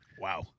Wow